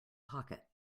pocket